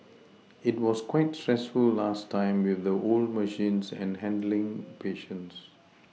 it was quite stressful last time with the old machines and handling patients